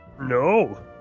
No